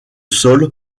sol